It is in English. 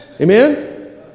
Amen